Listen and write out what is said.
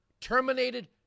Terminated